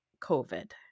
covid